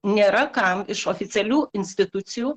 nėra kam iš oficialių institucijų